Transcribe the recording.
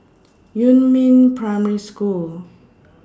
Yumin Primary School